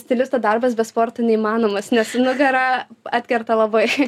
stilisto darbas be sporto neįmanomas nes nugarą atkerta labai